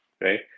Right